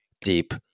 deep